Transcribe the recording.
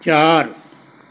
ਚਾਰ